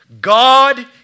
God